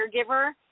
caregiver